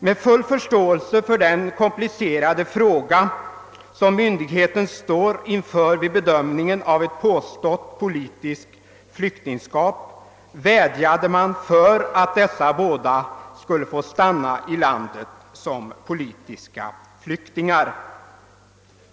Med full förståelse för den komplicerade fråga, som myndigheten står inför vid bedömningen av ett påstått politiskt flyktingskap, vädjade man om att dessa båda personer skulle få stanna i landet som politiska flyktingar.